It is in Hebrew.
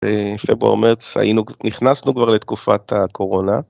בפברואר-מרץ היינו, נכנסנו כבר לתקופת הקורונה.